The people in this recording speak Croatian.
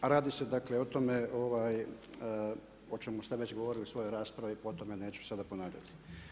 Radi se dakle, o tome, o čemu ste već govorili u svojoj raspravi, po tome neću sada ponavljati.